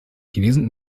chinesen